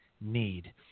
need